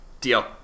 Deal